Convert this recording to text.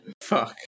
fuck